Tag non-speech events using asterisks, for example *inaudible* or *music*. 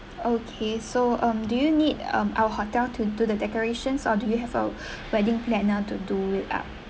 okay so um do you need um our hotel to do the decorations or do you have a *breath* wedding planner to do it up